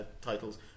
titles